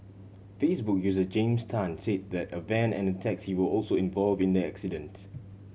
Facebook user James Tan said that a van and a taxi were also involved in the accident